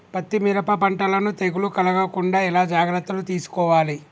పత్తి మిరప పంటలను తెగులు కలగకుండా ఎలా జాగ్రత్తలు తీసుకోవాలి?